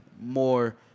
more